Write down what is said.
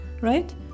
right